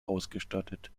ausgestattet